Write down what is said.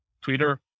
Twitter